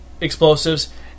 explosives